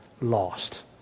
lost